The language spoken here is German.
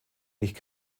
nicht